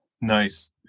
Nice